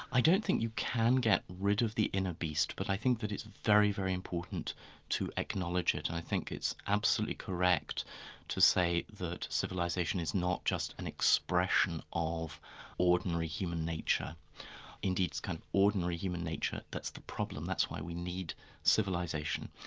i don't think you can get rid of the inner beast, but i think that it's very, very important to acknowledge it. i think it's absolutely correct to say that civilisation is not just an expression of ordinary human nature indeed it's kind of ordinary human nature that's the problem, that's why we need civilisation.